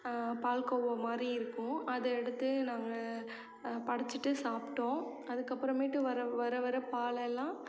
பால்கோவா மாதிரி இருக்கும் அதை எடுத்து நாங்கள் படச்சுட்டு சாப்பிட்டோம் அதுக்கு அப்புறமேட்டு வர வர வர பால் எல்லாம்